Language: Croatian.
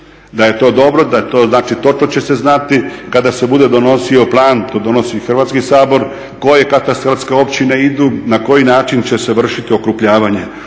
da je to dobro, da je to, točno će se znati kada se bude donosio, to donosi Hrvatski sabor, koje … općine idu, na koji način će se vršiti okrupnjavanje.